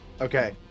Okay